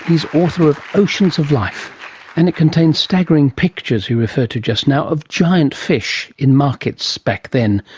he's author of oceans of life and it contains staggering pictures her referred to just now of giant fish in markets back then,